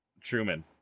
Truman